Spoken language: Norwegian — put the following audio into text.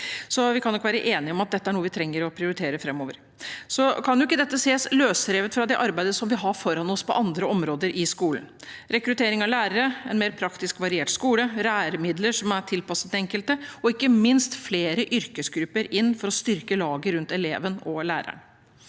vi kan nok være enige om at dette er noe vi trenger å prioritere framover. Det kan ikke ses løsrevet fra det arbeidet vi har foran oss på andre områder i skolen: rekruttering av lærere, en mer praktisk og variert skole, læremidler som er tilpasset den enkelte, og ikke minst flere yrkesgrupper inn for å styrke laget rundt eleven og læreren.